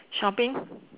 shopping